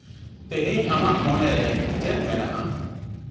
ᱛᱮᱦᱮᱧ ᱟᱢᱟᱜ ᱢᱚᱱᱮ ᱨᱮ ᱪᱮᱫ ᱢᱮᱱᱟᱜᱼᱟ